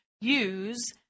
use